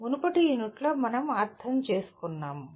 మునుపటి యూనిట్లో మనం అర్థం చేసుకున్నాము